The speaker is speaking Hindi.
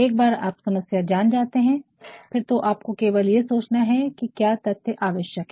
एक बार आप समस्या जान जाते है फिर तो आपको केवल ये सोचना है कि क्या तथ्य आवश्यक है